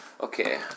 okay